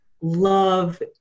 love